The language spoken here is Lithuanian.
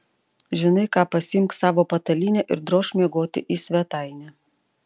žinai ką pasiimk savo patalynę ir drožk miegoti į svetainę